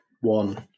one